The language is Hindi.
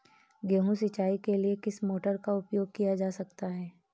गेहूँ सिंचाई के लिए किस मोटर का उपयोग किया जा सकता है?